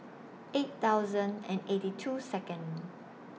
eight thousand and eighty two Second